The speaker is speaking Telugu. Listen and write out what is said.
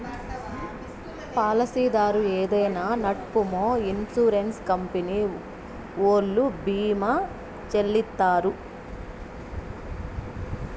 పాలసీదారు ఏదైనా నట్పూమొ ఇన్సూరెన్స్ కంపెనీ ఓల్లు భీమా చెల్లిత్తారు